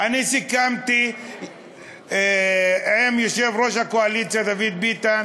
אני סיכמתי עם יושב-ראש הקואליציה דוד ביטן